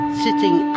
sitting